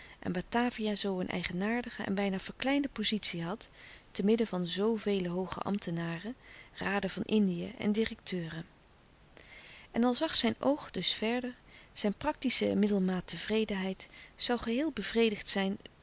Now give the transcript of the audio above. en batavia zoo een eigenaardige en bijna verkleinde pozitie had te midden van zoo vele hooge ambtenaren raden van indië en louis couperus de stille kracht directeuren en al zag zijn oog dus verder zijn praktische middelmaattevredenheid zoû geheel bevredigd zijn